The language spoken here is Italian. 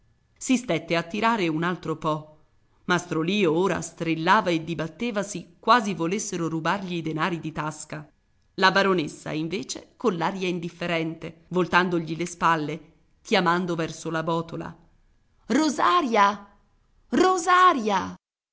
si stette a tirare un altro po mastro lio ora strillava e dibattevasi quasi volessero rubargli i denari di tasca la baronessa invece coll'aria indifferente voltandogli le spalle chiamando verso la botola rosaria rosaria